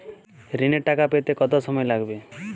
ঋণের টাকা পেতে কত সময় লাগবে?